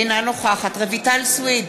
אינה נוכחת רויטל סויד,